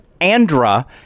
Andra